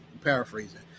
Paraphrasing